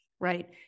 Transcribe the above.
right